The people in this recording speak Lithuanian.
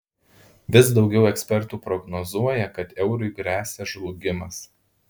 vis daugiau ekspertų prognozuoja kad eurui gresia žlugimas